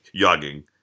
yogging